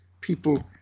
people